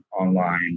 online